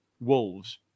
Wolves